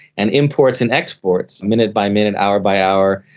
and imports and exports, minute by minute, hour by hour,